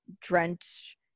drench